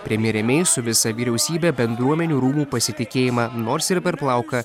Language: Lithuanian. premjerė mei su visa vyriausybe bendruomenių rūmų pasitikėjimą nors ir per plauką